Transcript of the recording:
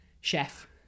Chef